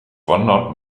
wandert